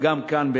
וגם כאן,